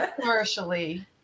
commercially